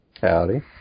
Howdy